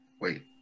Wait